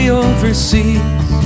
overseas